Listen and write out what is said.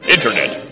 Internet